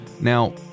Now